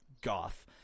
goth